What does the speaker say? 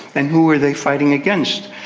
and who are they fighting against?